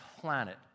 planet